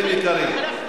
עין אובייקטיבית,